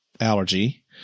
allergy